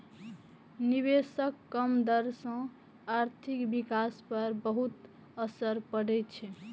निवेशक कम दर सं आर्थिक विकास पर बहुत असर पड़ै छै